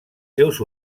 seus